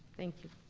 thank you.